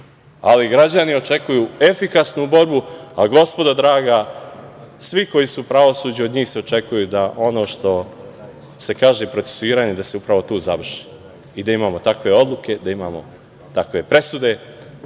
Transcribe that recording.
ali građani očekuju efikasnu borbu. Gospodo draga, svi koji su u pravosuđu od njih se očekuje da ono što se kaže, procesuiranje, da se upravo tu završi i da imamo takve odluke, da imamo takve presude. Kada